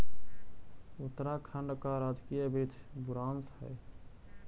उत्तराखंड का राजकीय वृक्ष बुरांश हई